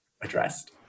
addressed